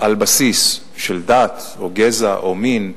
על בסיס של דת או גזע או מין,